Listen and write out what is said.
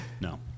No